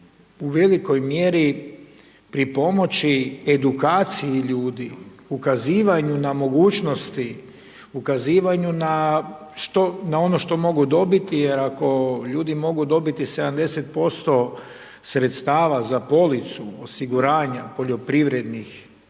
u velikoj mjeri pripomoći edukaciji ljudi, ukazivanju na mogućnosti, ukazivanju na što, na ono što mogu dobiti jer ako ljudi mogu dobiti 70% sredstava za policu osiguranja poljoprivrednih